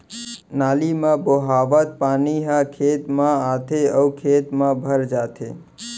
नाली म बोहावत पानी ह खेत म आथे अउ खेत म भर जाथे